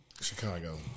Chicago